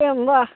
एवं वा